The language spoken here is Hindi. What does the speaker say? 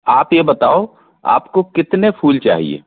आप यह बताओ आपको कितने फूल चाहिए